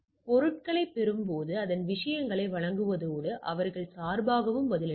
எனவே பொருட்களைப் பெறும்போது அது விஷயங்களை வழங்குவதோடு அவர்கள் சார்பாகவும் பதிலளிக்கும்